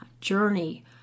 journey